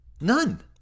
None